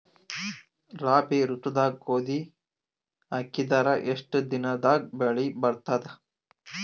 ರಾಬಿ ಋತುದಾಗ ಗೋಧಿ ಹಾಕಿದರ ಎಷ್ಟ ದಿನದಾಗ ಬೆಳಿ ಬರತದ?